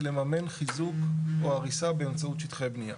לממן חיזוק או הריסה באמצעות שטחי בנייה.